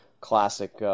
Classic